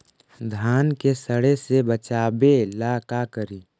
धान के सड़े से बचाबे ला का करि?